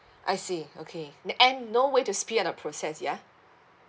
I see okay and no way to speed up the process ya